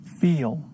feel